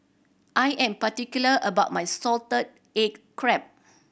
I am particular about my salted egg crab